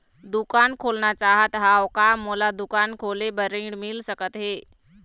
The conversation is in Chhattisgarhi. दुकान खोलना चाहत हाव, का मोला दुकान खोले बर ऋण मिल सकत हे?